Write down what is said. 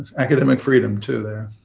academic freedom too there.